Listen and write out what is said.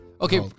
Okay